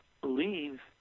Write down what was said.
believe